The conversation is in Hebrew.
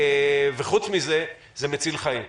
וחוץ מזה זה מציל חיים.